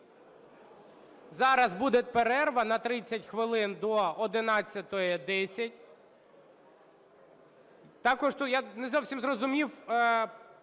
Зараз буде перерва на 30 хвилин до 11:10.